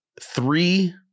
Three